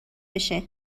بشه